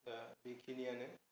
दा बेखिनायानो